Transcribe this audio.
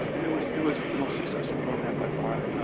and it was it was the most successful program by far.